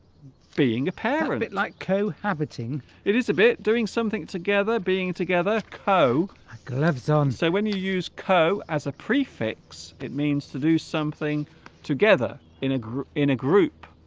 being a parent it like cohabiting it is a bit doing something together being together co gloves on so when you use co as a prefix it means to do something together in a group in a group